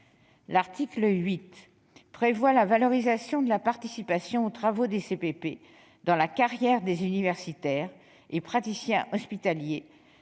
L'article 8 prévoit la valorisation de la participation aux travaux des CPP dans la carrière des universitaires et praticiens hospitaliers,